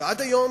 ועד היום,